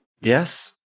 Yes